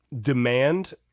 demand